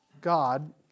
god